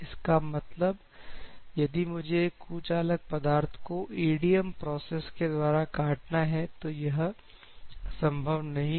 इसका मतलब यदि मुझे एक कुचालक पदार्थ को ईडीएम प्रोसेस के द्वारा काटना है तो यह संभव नहीं है